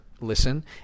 listen